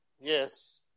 Yes